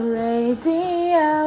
radio